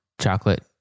chocolate